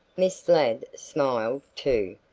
miss ladd smiled, too,